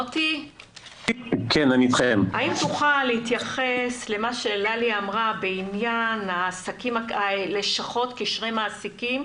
מוטי האם תוכל להתייחס למה שללי אמרה בעניין לשכות קשרי מעסיקים.